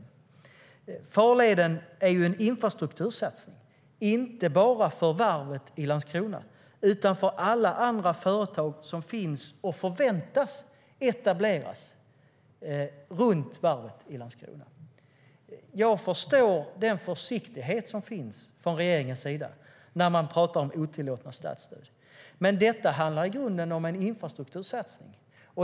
Jag förstår den försiktighet som finns från regeringens sida när man talar om otillåtna statsstöd. Men detta handlar i grunden om en infrastruktursatsning.